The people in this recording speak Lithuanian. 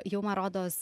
jau man rodos